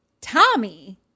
tommy